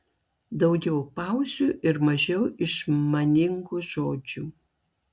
daugiau pauzių ir mažiau išmaningų žodžių